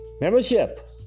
Membership